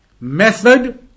method